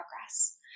progress